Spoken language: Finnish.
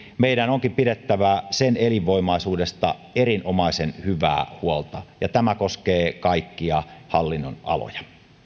meidän onkin pidettävä sen elinvoimaisuudesta erinomaisen hyvää huolta ja tämä koskee kaikkia hallinnonaloja